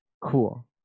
Cool